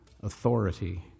authority